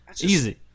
Easy